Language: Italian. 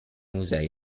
musei